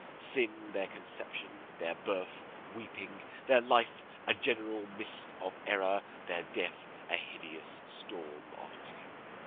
sin their conception, their birth weeping, their life a general mist of error, their death a hideous storm of terror.